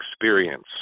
experience